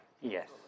yes